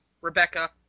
Rebecca